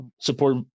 support